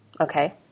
Okay